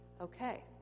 Okay